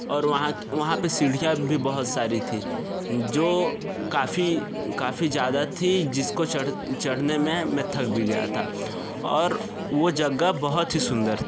और वहाँ वहाँ पे सीढ़ियाँ भी बहुत सारी थीं जो काफ़ी काफ़ी ज़्यादा थी जिस को चढ़ चढ़ने में मैं थक भी गया था और वो जगह बहुत ही सुंदर थी